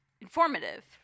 informative